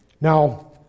Now